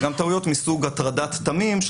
וגם טעויות מסוג הטרדת תמים,